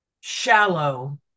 shallow